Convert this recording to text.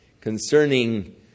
concerning